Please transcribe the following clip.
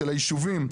של היישובים,